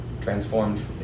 transformed